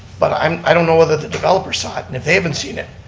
but ah um i don't know that the developer saw it, and if they haven't seen it,